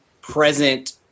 present